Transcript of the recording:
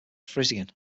frisian